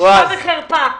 בושה וחרפה.